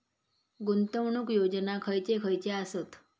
गुंतवणूक योजना खयचे खयचे आसत?